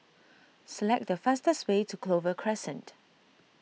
select the fastest way to Clover Crescent